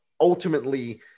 ultimately